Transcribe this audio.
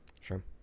sure